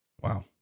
Wow